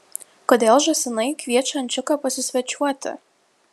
kodėl žąsinai kviečia ančiuką pasisvečiuoti